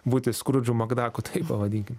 būti skrudžu makdaku taip pavadinkim